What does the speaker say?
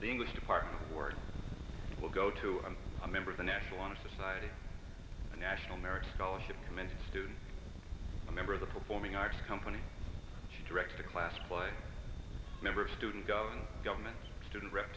the english department the word will go to i'm a member of the national honor society a national merit scholarship committee student a member of the performing arts company direct a class play member a student going government student rep